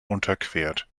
unterquert